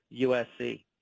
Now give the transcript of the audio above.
USC